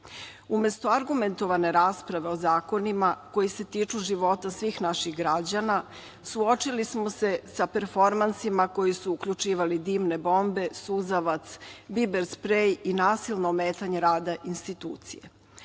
Umesto argumentovane rasprave o zakonima koji se tiču života svih naših građana, suočili smo se sa performansima koji su uključivali dimne bombe, suzavac, biber sprej i nasilno ometanje rada institucije.